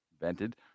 invented